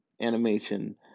animation